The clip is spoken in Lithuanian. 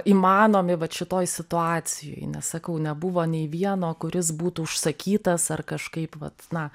įmanomi vat šitoj situacijoj nes sakau nebuvo nė vieno kuris būtų užsakytas ar kažkaip vat na